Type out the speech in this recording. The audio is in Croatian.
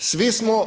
Svi smo